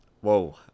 Whoa